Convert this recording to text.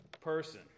person